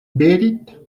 beat